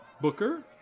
Booker